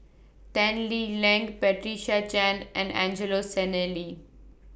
Tan Lee Leng Patricia Chan and Angelo Sanelli